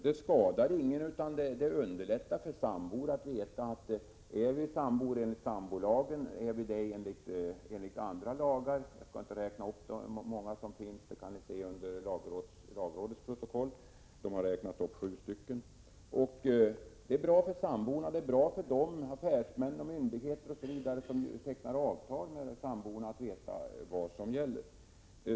Det skadar ingen, och det underlättar för sambor att veta om de är sambor enligt sambolagen och om de är det enligt andra lagar — jag skall inte räkna upp vilka det gäller; det kan vi se i lagrådets protokoll, där fyra olika rättsområden finns uppräknade. Det är bra för samborna, och det är bra för affärsmännen, myndigheter, osv., som tecknar avtal med samborna, att veta vad som gäller.